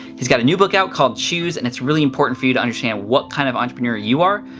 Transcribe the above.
he's got a new book out called choose and it's really important for you to understand what kind of entrepreneur you are,